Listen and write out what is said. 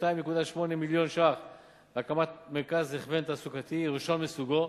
2.8 מיליון שקלים להקמת מרכז הכוון תעסוקתי ראשון מסוגו,